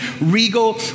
regal